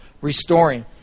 restoring